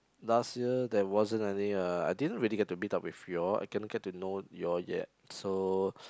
last year there wasn't any uh I didn't really get to meet up with you all I didn't get to know you all yet so